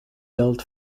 built